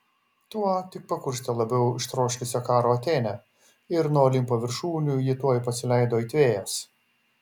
tuo tik pakurstė labiau ištroškusią karo atėnę ir nuo olimpo viršūnių ji tuoj pasileido it vėjas